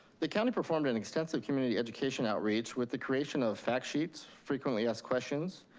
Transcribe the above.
the county performed an extensive community education outreach with the creation of fact sheets, frequently asked questions,